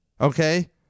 Okay